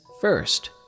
First